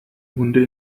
hunde